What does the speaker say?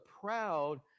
proud